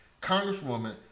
Congresswoman